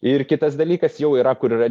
ir kitas dalykas jau yra kur yra